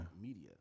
media